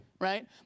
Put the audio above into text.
right